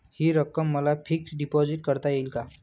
हि रक्कम मला फिक्स डिपॉझिट करता येईल का?